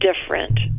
different